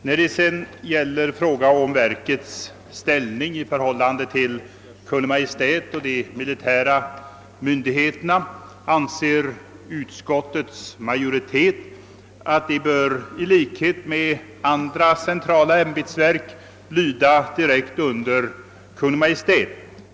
När det sedan gäller frågan om verkets ställning i förhållande till Kungl. Maj:t och de militära myndigheterna har utskottets majoritet ansett att verket i likhet med andra centrala ämbetsverk bör lyda direkt under Kungl. Maj:t.